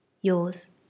Yours